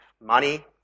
money